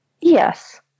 Yes